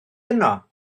yno